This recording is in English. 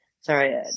sorry